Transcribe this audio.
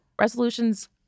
resolutions